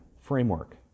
framework